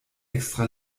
extra